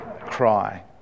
cry